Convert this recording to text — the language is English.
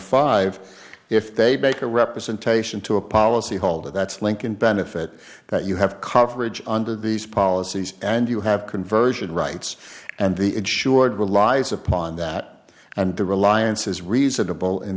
five if they make a representation to a policy holder that's lincoln benefit that you have coverage under these policies and you have conversion rights and the insured relies upon that and the reliance is reasonable in